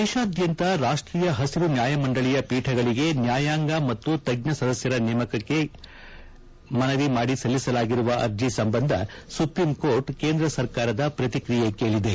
ದೇಶಾದ್ಯಂತ ರಾಷ್ಟೀಯ ಹಸಿರು ನ್ಯಾಯಮಂಡಳಿಯ ಪೀಠಗಳಿಗೆ ನ್ಯಾಯಾಂಗ ಮತ್ತು ತಜ್ಞ ಸದಸ್ಯರ ನೇಮಕಕ್ಕೆ ಕೋರಿ ಸಲ್ಲಿಸಲಾಗಿರುವ ಅರ್ಜಿ ಸಂಬಂಧ ಸುಪ್ರೀಂ ಕೋರ್ಟ್ ಕೇಂದ್ರ ಸರ್ಕಾರದ ಪ್ರತಿಕ್ರಿಯೆ ಕೇಳಿದೆ